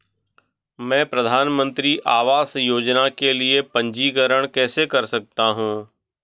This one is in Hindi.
मैं प्रधानमंत्री आवास योजना के लिए पंजीकरण कैसे कर सकता हूं?